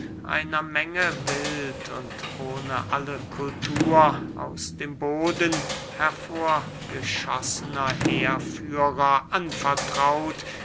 einer menge wild und ohne alle kultur aus dem boden hervorgeschossener heerführer anvertraut